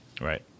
Right